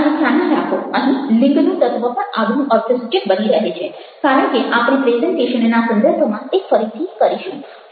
અને ધ્યાનમાં રાખો અહીં લિંગનું તત્વ પણ આગવું અર્થસૂચક બની રહે છે કારણ કે આપણે પ્રેઝન્ટેશનના સંદર્ભમાં તે ફરીથી કરીશું